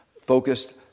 focused